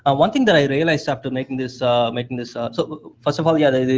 um one thing that i realized after making this making this ah so first of all, yeah the the